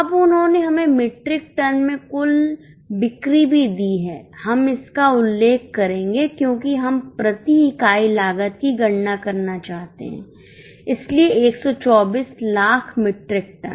अब उन्होंने हमें मीट्रिक टन में कुल बिक्री भी दी है हम इसका उल्लेख करेंगे क्योंकि हम प्रति इकाई लागत की गणना करना चाहते हैं इसलिए 124 लाख मीट्रिक टन